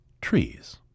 trees